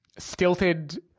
stilted